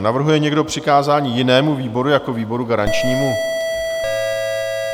Navrhuje někdo přikázání jinému výboru jako výboru garančnímu?